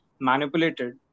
manipulated